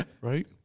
right